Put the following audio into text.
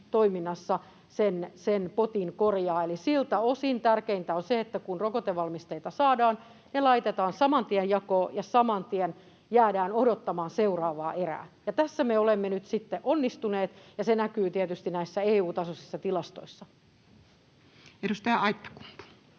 toiminnassa sen potin korjaa, eli siltä osin tärkeintä on se, että kun rokotevalmisteita saadaan, ne laitetaan saman tien jakoon ja saman tien jäädään odottamaan seuraavaa erää. Tässä me olemme nyt sitten onnistuneet, ja se näkyy tietysti näissä EU-tasoisissa tilastoissa. Seuraava kysymys,